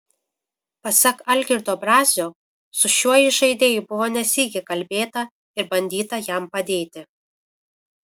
pasak algirdo brazio su šiuo įžaidėju buvo ne sykį kalbėta ir bandyta jam padėti